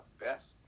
best